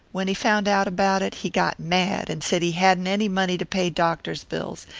when he found out about it, he got mad, and said he hadn't any money to pay doctors' bills,